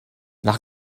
nach